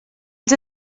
els